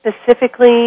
specifically